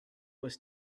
was